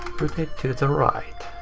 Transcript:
rotate to the right.